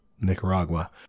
Nicaragua